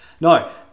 No